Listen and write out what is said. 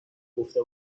گفته